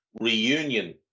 reunion